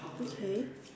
okay